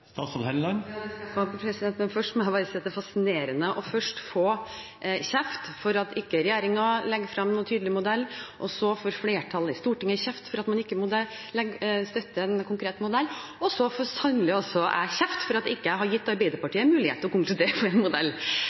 men først må jeg bare si at det er fascinerende først å få kjeft for at ikke regjeringen legger frem noen tydelig modell, og så får flertallet i Stortinget kjeft for at man ikke støtter en konkret modell, og så får sannelig også jeg kjeft fordi jeg ikke har gitt Arbeiderpartiet mulighet til å konkludere om en modell.